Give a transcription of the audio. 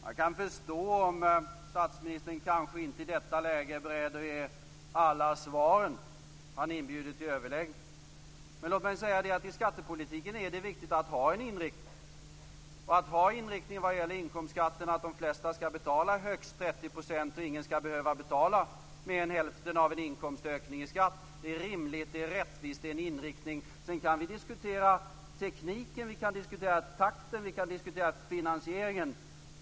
Jag kan förstå om statsministern i detta läge kanske inte är beredd att ge alla svaren. Han inbjuder till överläggningar. Låt mig säga att i skattepolitiken är det viktigt att ha en inriktning. Att ha inriktningen vad gäller inkomstskatten att de flesta skall betala högst 30 % och att ingen skall behöva betala mer än hälften av en inkomstökning i skatt är rimligt och rättvist, och det är en inriktning. Sedan kan vi diskutera tekniken, vi kan diskutera takten och vi kan diskutera finansieringen.